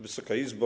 Wysoka Izbo!